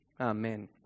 Amen